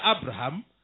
Abraham